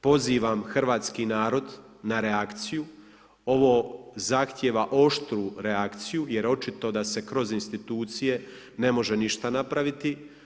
Pozivam hrvatski narod na reakciju, ovo zahtjeva oštru reakciju jer očito da se kroz institucije ne može ništa napraviti.